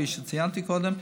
כפי שציינתי קודם.